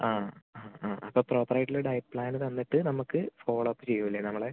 ആ ആ ആ അപ്പം പ്രോപ്പർ ആയിട്ടുള്ള ഡയറ്റ് പ്ലാന് തന്നിട്ട് നമ്മൾക്ക് ഫോളോഅപ്പ് ചെയ്യില്ലെ നമ്മളെ